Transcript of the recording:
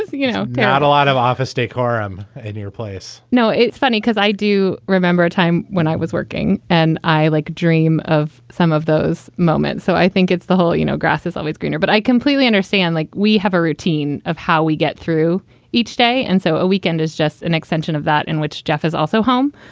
you know, not a lot of office decorum in your place no. it's funny, because i do remember a time when i was working and i like dream of some of those moments. so i think it's the whole, you know, grass is always greener. but i completely understand like we have a routine of how we get through each day. and so a weekend is just an extension of that in which jeff is also home.